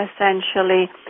essentially